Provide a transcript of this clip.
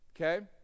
Okay